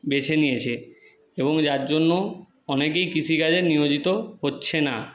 বেছে নিয়েছে এবং যার জন্য অনেকেই কৃষিকাজে নিয়োজিত হচ্ছে না